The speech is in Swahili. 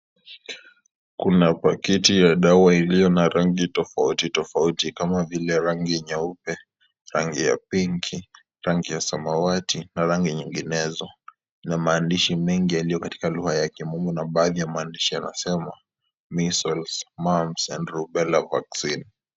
Kuna pakiti ya dawa iliyo na rangi tofauti tofauti, kama vile, rangi nyeupe, rangi ya pinki, rangi ya samawati na rangi nyinginezo na maandishi mengi yaliyo katika lugha ya kimombo na baadhi ya maandishi yanasema, measles, mumps and rubella vaccine .